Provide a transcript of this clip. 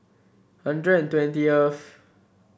hundred and twentieth